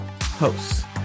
hosts